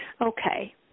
Okay